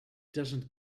doesn’t